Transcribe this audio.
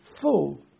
full